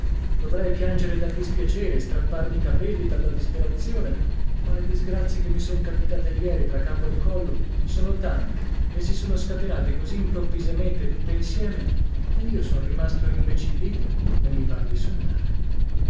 dal dispiacere strapparmi i capelli dalla disperazione ma le disgrazie che mi son capitate ieri tra capo e collo sono tante e si sono scatenate così improvvisamente tutte insieme che io son rimasto rimbecillito e mi par di sognare